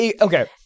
Okay